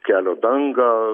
kelio dangą